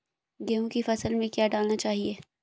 गेहूँ की फसल में क्या क्या डालना चाहिए?